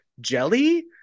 Jelly